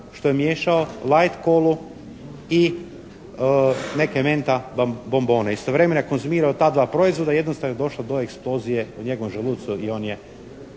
što je miješao ligh Colu i neka menta bombone. Istovremeno je konzumirao ta dva proizvoda, jednostavno je došlo do eksplozije u njegovo želucu i on je